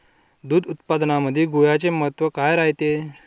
दूध उत्पादनामंदी गुळाचे महत्व काय रायते?